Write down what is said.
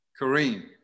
Kareem